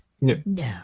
no